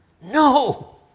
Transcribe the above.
No